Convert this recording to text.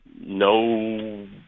no